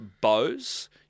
bows